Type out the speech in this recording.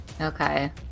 Okay